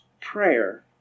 prayer